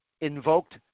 invoked